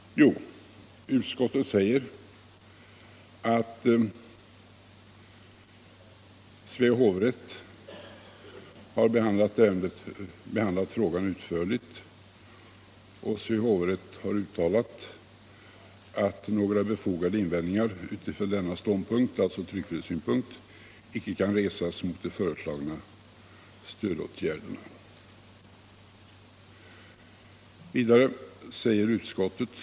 Jo, utskottet säger att Svea hovrätt har behandlat frågan utförligt och uttalat — jag läser då från s. 20 i utskottsbetänkandet — att ”några befogade invändningar utifrån denna ståndpunkt inte kunde resas mot de föreslagna stödåtgärderna”. Det gäller alltså tryckfrihetssynpunkterna.